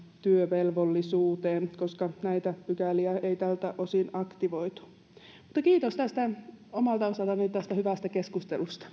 työvelvollisuuteen koska näitä pykäliä ei tältä osin aktivoitu kiitos omalta osaltani tästä hyvästä keskustelusta